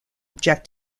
object